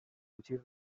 fugir